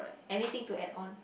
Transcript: anything to add on